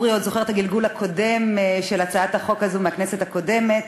אורי עוד זוכר את הגלגול הקודם של הצעת החוק הזאת בכנסת הקודמת.